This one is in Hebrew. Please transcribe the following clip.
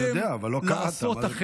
אני יודע, אבל לא קראת, יכולתם לעשות אחרת.